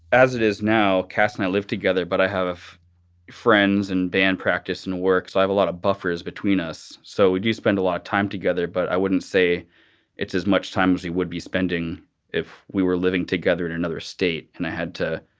as it is now and i live together, but i have friends and band practice and work so i have a lot of buffers between us. so would you spend a lot of time together? but i wouldn't say it's as much time as we would be spending if we were living together in another state. and i had to.